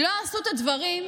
לא עשו את הדברים,